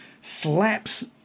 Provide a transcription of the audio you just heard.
slaps